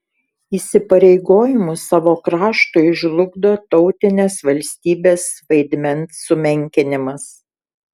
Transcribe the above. įsipareigojimus savo kraštui žlugdo tautinės valstybės vaidmens sumenkinimas